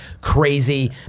crazy